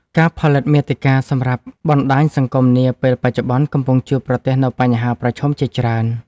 ការផលិតមាតិកាសម្រាប់បណ្ដាញសង្គមនាពេលបច្ចុប្បន្ន កំពុងជួបប្រទះនូវបញ្ហាប្រឈមជាច្រើន។